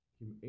Kim